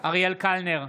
אריאל קלנר,